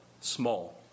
small